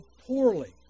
poorly